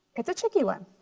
it' a tricky one,